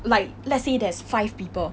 like let's say there's five people